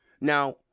Now